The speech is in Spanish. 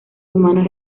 humanas